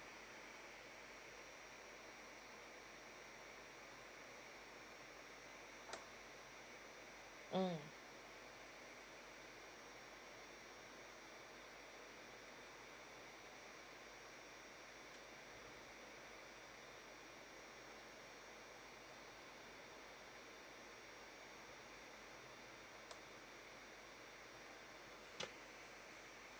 mm